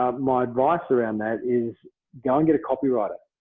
um my advice around that is go and get a copywriter.